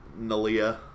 Nalia